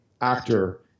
actor